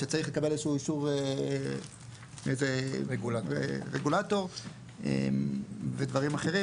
שצריך לקבל איזה שהוא אישור מאי זה רגולטור ודברים אחרים,